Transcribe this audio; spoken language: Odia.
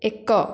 ଏକ